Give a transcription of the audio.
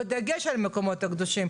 בדגש על המקומות הקדושים.